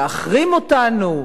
להחרים אותנו,